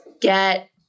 get